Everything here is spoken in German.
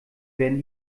werden